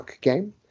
game